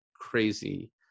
crazy